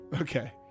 okay